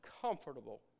comfortable